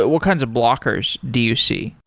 but what kinds of blockers. do you see?